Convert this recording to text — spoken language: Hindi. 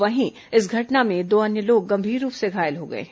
वहीं इस घटना में दो अन्य लोग गंभीर रूप से घायल हो गए हैं